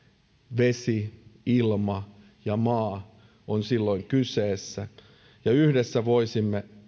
vesi ilma ja maa ovat silloin kyseessä ja yhdessä voisimme